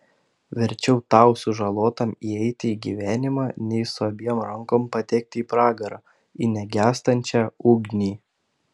verčiau tau sužalotam įeiti į gyvenimą nei su abiem rankom patekti į pragarą į negęstančią ugnį